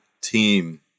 team